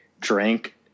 drank